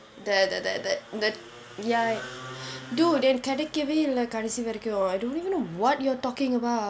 the the the the the ya dude எனக்கு கிடைக்கவே இல்லை கடைசி வரைக்கும்:enakku kidaikave illai kadaisi varaikkum I don't even know what you're talking about